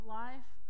life